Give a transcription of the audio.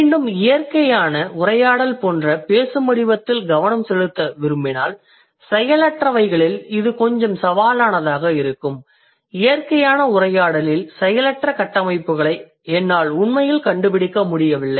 மீண்டும் இயற்கையான உரையாடல் போன்ற பேசும் வடிவத்தில் கவனம் செலுத்த விரும்பினால் செயலற்றவைகளில் இது கொஞ்சம் சவாலானதாக இருந்தது இயற்கையான உரையாடலில் செயலற்ற கட்டமைப்புகளை என்னால் உண்மையில் கண்டுபிடிக்க முடியவில்லை